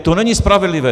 To není spravedlivé.